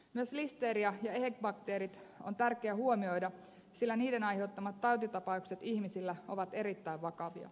myös listeria ja ehec bakteerit on tärkeä huomioida sillä niiden aiheuttamat tautitapaukset ihmisillä ovat erittäin vakavia